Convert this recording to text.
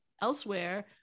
elsewhere